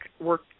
work